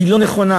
הם לא נכונים.